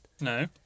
No